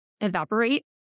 evaporate